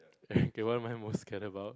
kay what am I most scare about